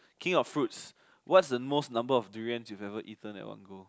King of fruits what's the most number of durians you never eaten in one go